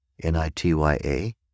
N-I-T-Y-A